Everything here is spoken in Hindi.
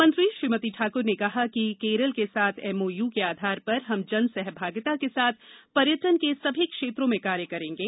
मंत्री श्रीमती ठाकुर ने कहा कि केरल के साथ एमओयू के आधार पर हम जन सहभागिता के साथ पर्यटन के सभी क्षेत्रों में कार्य करेंगे